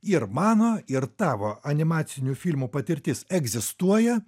ir mano ir tavo animacinių filmų patirtis egzistuoja